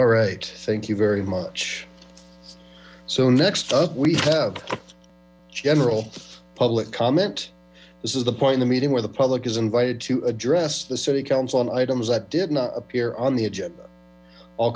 all right thank you very much so next up we have general public comment this is th point of the meeting where the public is invited to address the city council on items that did not appear on the agenda all